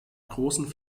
großen